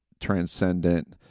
transcendent